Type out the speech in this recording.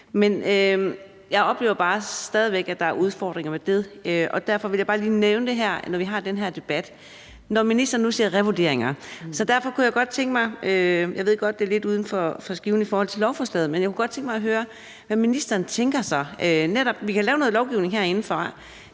Men jeg oplever bare stadig væk, at der er udfordringer ved det, og derfor ville jeg bare lige nævne det her, når vi har den her debat, og når ministeren nu siger »revurderinger«. Jeg ved godt, at det er lidt uden for skiven i forhold til lovforslaget, men jeg kunne godt tænke mig at høre, hvad ministeren tænker sig, netop i forhold til at vi kan lave noget lovgivning herindefra,